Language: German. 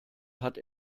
hat